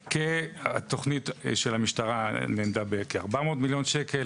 התכנית של המשטרה נאמדה בכ-400 מיליון שקל,